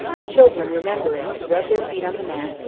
the children remembering to rub their feet on the mat,